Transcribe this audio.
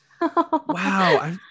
Wow